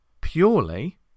purely